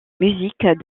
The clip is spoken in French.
musique